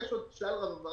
ויש עוד שלל רב.